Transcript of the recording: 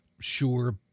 sure